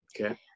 Okay